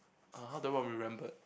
uh how do I want be remembered